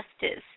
justice